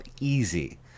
easy